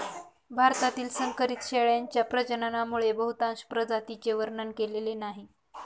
भारतातील संकरित शेळ्यांच्या प्रजननामुळे बहुतांश प्रजातींचे वर्णन केलेले नाही